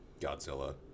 godzilla